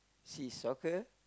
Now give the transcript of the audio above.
see soccer